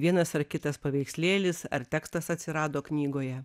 vienas ar kitas paveikslėlis ar tekstas atsirado knygoje